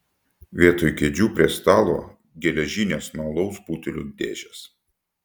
vietoj kėdžių prie stalo geležinės nuo alaus butelių dėžės